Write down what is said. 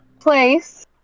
place